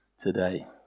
today